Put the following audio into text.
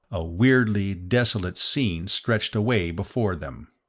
a weirdly desolate scene stretched away before them.